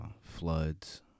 Floods